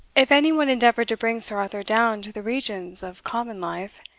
if any one endeavoured to bring sir arthur down to the regions of common life,